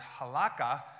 halakha